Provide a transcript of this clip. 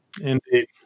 Indeed